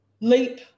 Leap